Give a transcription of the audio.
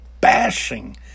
bashing